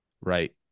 right